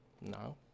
No